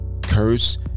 curse